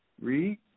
read